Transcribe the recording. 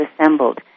assembled